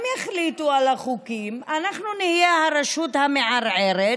הם יחליטו על החוקים, אנחנו נהיה הרשות המערערת.